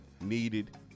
needed